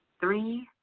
three,